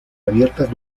abiertas